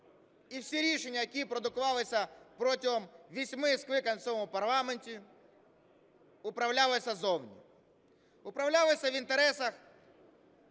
і всі рішення, які продукувалися протягом восьми скликань в цьому парламенті, управлялися ззовні. Управлялися в інтересах